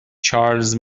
چارلز